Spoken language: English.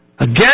again